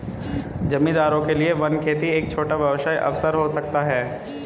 जमींदारों के लिए वन खेती एक छोटा व्यवसाय अवसर हो सकता है